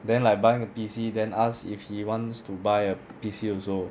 then like buying A_P_C then ask if he wants to buy A_P_C also